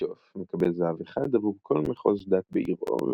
בישוף - מקבל זהב אחד עבור כל מחוז דת בעירו,